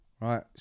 right